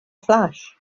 flash